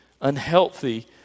unhealthy